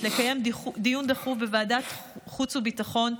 לקיים דיון דחוף בוועדת החוץ והביטחון,